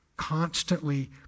constantly